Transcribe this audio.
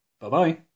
Bye-bye